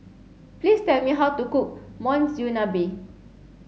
please tell me how to cook Monsunabe